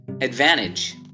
advantage